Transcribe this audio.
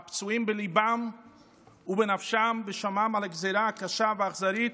הפצועים בליבם ובנפשם בשומעם על הגזרה הקשה והאכזרית,